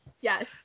Yes